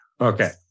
okay